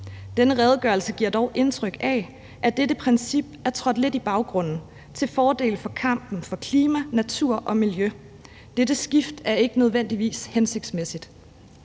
Denne redegørelse giver dog et indtryk af, at dette princip er trådt lidt i baggrunden til fordel for kampen for klima, natur og miljø. Dette skift er ikke nødvendigvis hensigtsmæssigt.